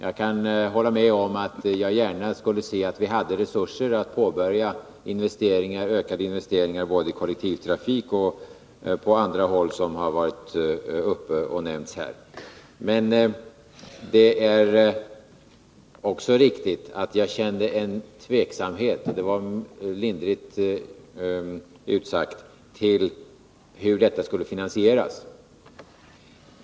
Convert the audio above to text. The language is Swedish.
Jag kan hålla med om att jag gärna skulle se att vi hade resurser att påbörja ökade investeringar både i kollektivtrafiken och på de andra håll som har nämnts här. Men det är också riktigt att jag känner tveksamhet, lindrigt sagt, till hur detta skall finansieras.